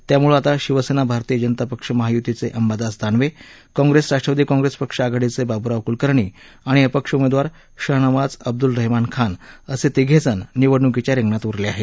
त्यामुळं आता शिवसेना भारतीय जनता पक्ष महायुतीचे अंबादास दानवे काँग्रेस राष्ट्र्वादी काँग्रेस पक्ष आघाडीचे बाब्राव कुलकर्णी आणि अपक्ष उमेदवार शहानवाज अब्दुल रहेमान खान असे तिघेजण निवडणुकीच्या रिंगणात उरले आहेत